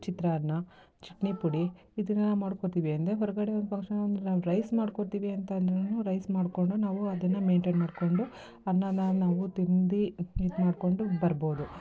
ಚಿತ್ರಾನ್ನ chutney ಪುಡಿ ಇದನ್ನೆಲ್ಲ ಮಾಡ್ಕೊಳ್ತೀವಿ ಅಂದರೆ ಹೊರಗಡೆ ಒಂದು ಫಂಕ್ಷನ್ ಅಂದರೆ ನಾವು ರೈಸ್ ಮಾಡ್ಕೊಳ್ತೀವಿ ಅಂತಂದ್ರೂನು ರೈಸ್ ಮಾಡಿಕೊಂಡು ನಾವು ಅದನ್ನು ಮೈಂಟೇನ್ ಮಾಡಿಕೊಂಡು ಅನ್ನನ ನಾವೂ ತಿಂದು ಇದು ಮಾಡಿಕೊಂಡು ಬರ್ಬೋದು